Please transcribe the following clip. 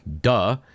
Duh